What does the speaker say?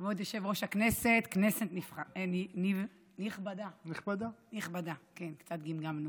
כבוד יושב-ראש הכנסת, כנסת נכבדה, כבוד השרה,